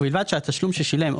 ובלבד שהתשלום ששילם,